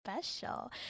special